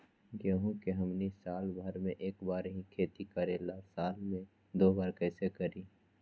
गेंहू के हमनी साल भर मे एक बार ही खेती करीला साल में दो बार कैसे करी?